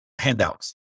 handouts